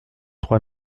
trois